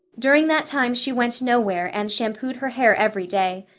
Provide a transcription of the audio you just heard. during that time she went nowhere and shampooed her hair every day.